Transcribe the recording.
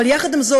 אבל יחד עם זאת,